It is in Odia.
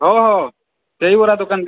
ହଉ ହଉ ସେହି ବରା ଦୋକାନ